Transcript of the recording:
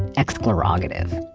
exclarogative.